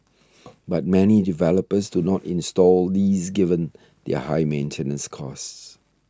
but many developers do not install these given their high maintenance costs